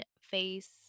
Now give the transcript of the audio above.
face